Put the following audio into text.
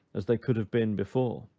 as they could have been before.